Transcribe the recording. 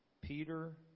Peter